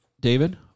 David